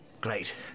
Great